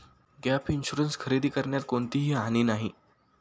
gap insurance खरेदी करण्यात कोणतीही हानी नाही